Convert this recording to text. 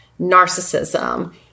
narcissism